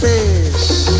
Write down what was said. face